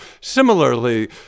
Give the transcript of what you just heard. Similarly